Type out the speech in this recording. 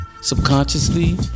subconsciously